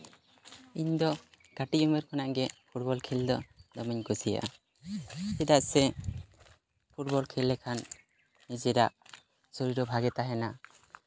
ᱤᱧ ᱫᱚ ᱠᱟᱹᱴᱤᱡ ᱩᱢᱮᱨ ᱠᱷᱚᱱᱟᱜ ᱜᱮ ᱯᱷᱩᱴᱵᱚᱞ ᱠᱷᱮᱞ ᱫᱚ ᱫᱚᱢᱮᱧ ᱠᱩᱥᱤᱭᱟᱜᱼᱟ ᱪᱮᱫᱟᱜ ᱥᱮ ᱯᱷᱩᱴᱵᱚᱞ ᱠᱷᱮᱞ ᱞᱮᱠᱷᱟᱱ ᱱᱤᱡᱮᱨᱟᱜ ᱥᱚᱨᱤᱨ ᱦᱚᱸ ᱵᱷᱟᱜᱮ ᱛᱟᱦᱮᱱᱟ ᱟᱨ